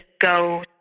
go